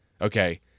Okay